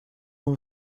ему